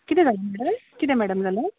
किदें जालां मॅडम किदें मॅडम जालां